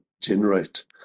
generate